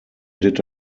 did